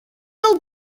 old